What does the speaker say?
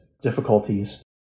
difficulties